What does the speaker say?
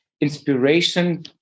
inspiration